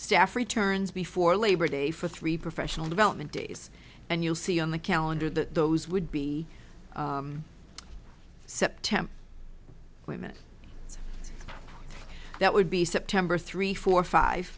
staff returns before labor day for three professional development days and you'll see on the calendar the would be september women that would be september three four five